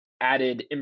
added